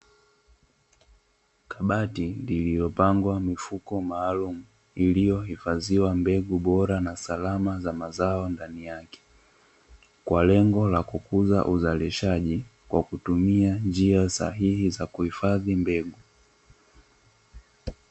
Kabati lililopangwa mifuko maalumu, iliyohifadhiwa mbegu bora na salama za mazao ndani yake, kwa lengo la kukuza uzalishaji, kwa kutumia njia sahihi za kuhifadhi mbegu.